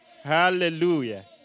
Hallelujah